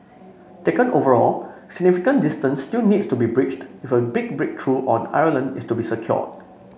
taken overall significant distance still needs to be bridged if a big breakthrough on Ireland is to be secured